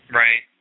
right